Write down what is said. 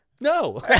No